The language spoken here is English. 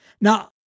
Now